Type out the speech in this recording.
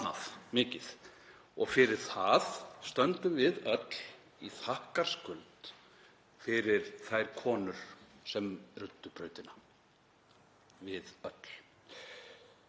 Fyrir það stöndum við öll í þakkarskuld við þær konur sem ruddu brautina — við öll.